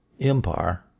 empire